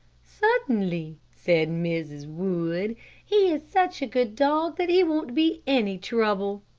certainly, said mrs. wood he is such a good dog that he won't be any trouble.